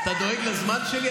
אתה דואג לזמן שלי?